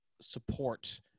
support